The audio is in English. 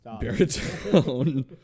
baritone